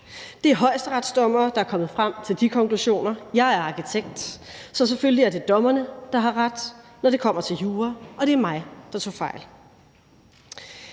Det er højesteretsdommere, der er kommet frem til de konklusioner. Jeg er arkitekt, så selvfølgelig er det dommerne, der har ret, når det kommer til jura, og det er mig, der tog fejl.